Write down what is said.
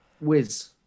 Whiz